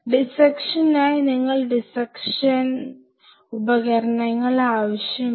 ഡിസ്സെക്ഷനായി നിങ്ങൾക്ക് ഡിസ്സെക്ഷൻ ഉപകരണങ്ങൾ ആവശ്യമാണ്